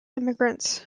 immigrants